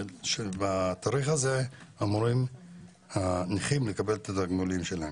בתאריך הזה אמורים הנכים לקבל את התגמולים שלהם.